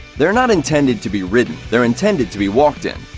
they're not intended to be ridden. they're intended to be walked in,